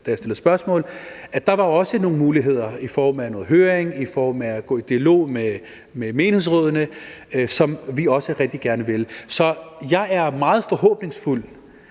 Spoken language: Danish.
da jeg stillede spørgsmål, at der er nogle muligheder i form af høringer og i form af at gå i dialog med menighedsrådene, som vi også rigtig gerne vil. Jeg er meget forhåbningsfuld.